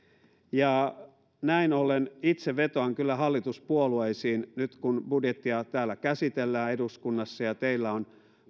näin ollen itse vetoan kyllä hallituspuolueisiin joista pääosa taitaa olla nyt pitämässä ryhmäkokousta nyt kun budjettia käsitellään täällä eduskunnassa ja teillä on